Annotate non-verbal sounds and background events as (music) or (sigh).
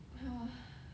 (breath)